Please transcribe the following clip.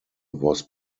was